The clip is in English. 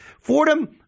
Fordham